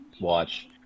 watch